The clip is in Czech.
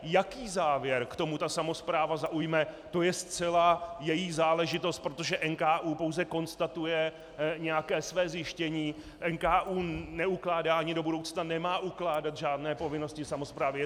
Jaký závěr k tomu samospráva zaujme, to je zcela její záležitost, protože NKÚ pouze konstatuje nějaké své zjištění, NKÚ neukládá a ani do budoucna nemá ukládat žádné povinnosti samosprávě.